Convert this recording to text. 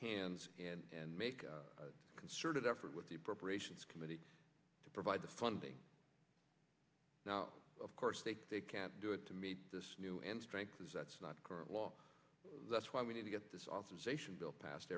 hands and make a concerted effort with the appropriations committee to provide the funding now of course they can't do it to meet new end strength that's not current law that's why we need to get this authorization bill passed